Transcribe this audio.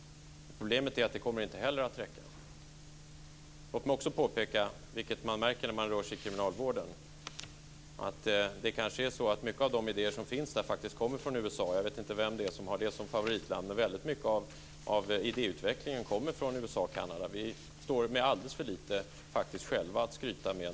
Problemet är att det kommer inte heller att räcka. Jag vill också påpeka att många av de idéer som finns i kriminalvården - vilket man märker när man rör sig där - kommer från USA. Jag vet inte vem som har det som favoritland. Mycket av idéutvecklingen kommer från USA och Kanada. Vi själva har alldeles för lite att skryta med i den delen.